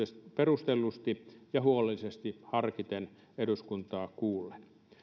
perustellusti ja huolellisesti harkiten eduskuntaa kuullen